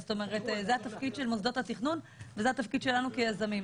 זאת אומרת זה התפקיד של מוסדות התכנון וזה התפקיד שלנו כיזמים.